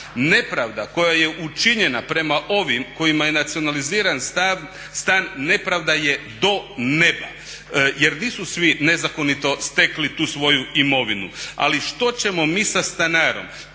Nepravda koja je učinjena prema ovima kojima je nacionaliziran stan nepravda je do neba. Jer nisu svi nezakonito stekli tu svoju imovinu. Ali što ćemo mi sa stanarom